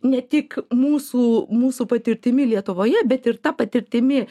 ne tik mūsų mūsų patirtimi lietuvoje bet ir ta patirtimi